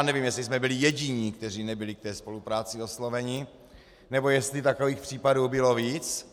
Nevím, jestli jsme byli jediní, kteří nebyli ke spolupráci osloveni, nebo jestli takových případů bylo víc.